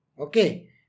Okay